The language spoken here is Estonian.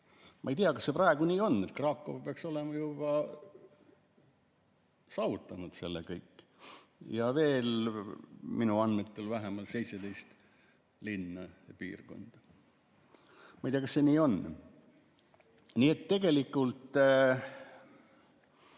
Ma ei tea, kas see praegu nii on, Kraków peaks olema juba saavutanud selle kõik. Ja minu andmetel veel vähemalt 17 linna ja piirkonda. Ma ei tea, kas see nii on. Nii et tegelikult ...